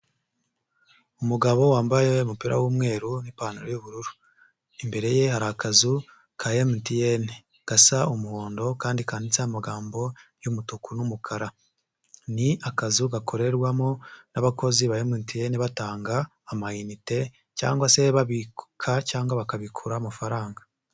Umugabo wambaye umupira w'umweru n'ipantaro y'u, bururu imbere ye hari akazu ka MTN gasa umuhondo kandi kandiditseho amagambo y'umutuku n'umukara, ni akazu gakorerwamo n'abakozi ba MTN batanga amayinite cyangwa se babika cyangwa bakabikura amafaranga.